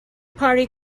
party